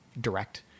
direct